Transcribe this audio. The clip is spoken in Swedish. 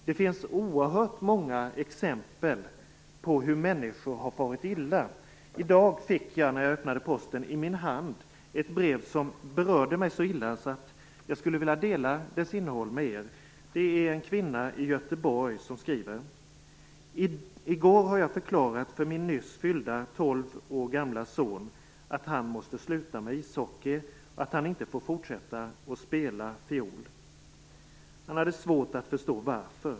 Det finns oerhört många exempel på hur människor har farit illa. I dag fick jag när jag öppnade posten i min hand ett brev som berörde mig så illa att jag skulle vilja dela dess innehåll med er. Det är en kvinna i Göteborg som skriver:"I går har jag förklarat för min son att han måste sluta med ishokey och att han får inte fortsätta och spela fjol. Han hade svårt att förstå varför?